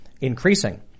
increasing